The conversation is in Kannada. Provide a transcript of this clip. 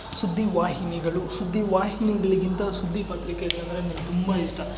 ಸುದ್ದಿವಾಹಿನಿಗಳು ಸುದ್ದಿವಾಹಿನಿಗಳಿಗಿಂತ ಸುದ್ದಿ ಪತ್ರಿಕೆಗಳಂದರೆ ನನ್ಗೆ ತುಂಬ ಇಷ್ಟ